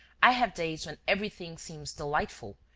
i have days when everything seems delightful,